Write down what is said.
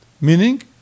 Meaning